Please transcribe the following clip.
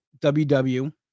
WW